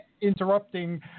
interrupting